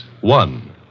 One